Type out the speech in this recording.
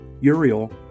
Uriel